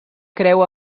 creu